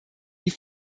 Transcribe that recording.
die